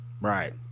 Right